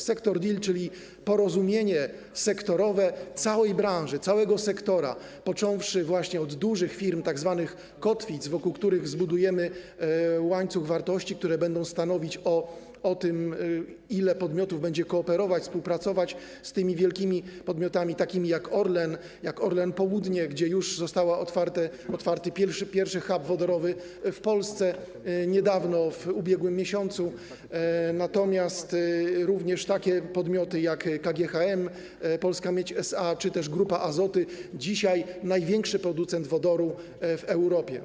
Sector deal, czyli porozumienie sektorowe całej branży, całego sektora, począwszy właśnie od dużych firm, tzw. kotwic, wokół których zbudujemy łańcuch wartości, które będą stanowić o tym, ile podmiotów będzie kooperować, współpracować z wielkimi podmiotami, takimi jak Orlen, Orlen Południe, gdzie już został otwarty pierwszy hub wodorowy w Polsce - niedawno, w ubiegłym miesiącu, również z takimi podmiotami jak KGHM Polska Miedź SA czy Grupa Azoty, dzisiaj największy producent wodoru w Europie.